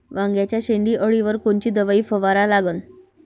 वांग्याच्या शेंडी अळीवर कोनची दवाई फवारा लागन?